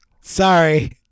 sorry